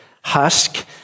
husk